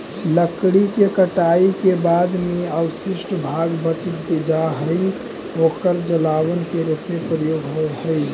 लकड़ी के कटाई के बाद जे अवशिष्ट भाग बच जा हई, ओकर जलावन के रूप में प्रयोग होवऽ हई